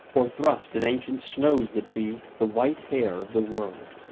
or thrust in ancient snows that be the white hair of the world.